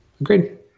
Agreed